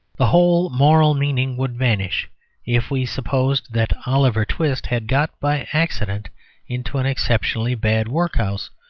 the whole moral meaning would vanish if we supposed that oliver twist had got by accident into an exceptionally bad workhouse,